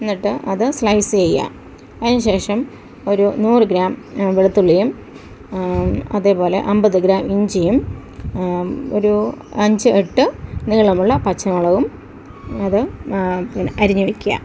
എന്നിട്ട് അത് സ്ലൈസ് ചെയ്യുക അതിന് ശേഷം ഒരു നൂറ് ഗ്രാം വെളുത്തുള്ളിയും അതേപോലെ അമ്പത് ഗ്രാം ഇഞ്ചിയും ഒരു അഞ്ച് എട്ട് നീളമുള്ള പച്ചമുളകും അത് പിന്ന അരിഞ്ഞ് വെക്കുക